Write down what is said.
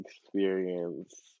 experience